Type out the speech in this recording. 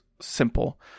simple